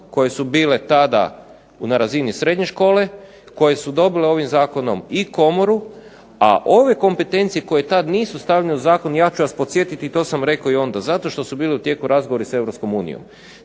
koje su bile tada na razini srednje škole koje su dobile ovim zakonom i komoru, a ove kompetencije koje tad nisu stavljene u zakon ja ću vas podsjetiti i to sam rekao i onda zato što su bili u tijeku razgovori sa